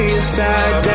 inside